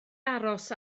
aros